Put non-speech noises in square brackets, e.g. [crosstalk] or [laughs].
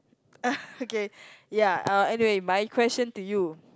[laughs] okay ya uh anyway my question to you